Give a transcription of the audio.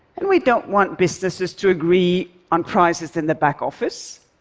and we don't want businesses to agree on prices in the back office.